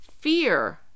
Fear